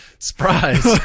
Surprise